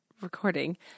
recording